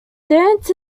dance